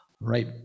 Right